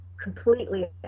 completely